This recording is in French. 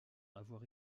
avoir